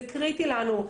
זה קריטי לנו.